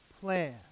plan